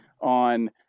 on